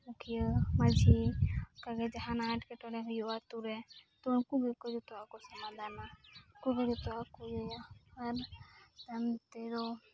ᱢᱩᱠᱷᱤᱭᱟᱹ ᱢᱟᱺᱡᱷᱤ ᱚᱱᱠᱟᱜᱮ ᱡᱟᱦᱟᱱᱟᱜ ᱮᱸᱴᱠᱮᱴᱚᱬᱮ ᱦᱩᱭᱩᱜᱼᱟ ᱟᱹᱛᱩᱨᱮ ᱛᱳ ᱩᱱᱠᱚ ᱜᱮᱠᱚ ᱡᱚᱛᱚᱣᱟᱜᱠᱚ ᱥᱟᱢᱟᱫᱷᱟᱱᱟ ᱩᱱᱠᱚᱜᱮ ᱡᱚᱛᱚᱣᱟᱜ ᱟᱨ ᱛᱟᱭᱚᱢᱛᱮᱫᱚ